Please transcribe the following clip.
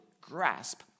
grasp